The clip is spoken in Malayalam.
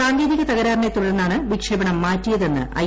സാങ്കേതിക തകരാറിനെ തുടർന്നാണ് വിക്ഷേപണം മാറ്റിയതെന്ന് ഐ